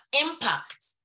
impact